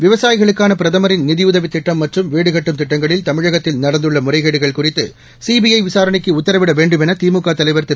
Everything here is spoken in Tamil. விவசாயிகளுக்கான பிரதமரின் நிதியுதவி திட்டம் மற்றும் வீடு கட்டும் திட்டங்களில் தமிழகத்தில் நடந்துள்ள முறைகேடுகள் குறித்து சிபிஐ விசாரணைக்கு உத்தரவிட வேண்டும் என திமுக தலைவர் திரு